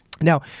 Now